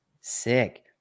Sick